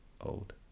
old